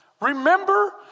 Remember